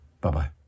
Bye-bye